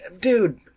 dude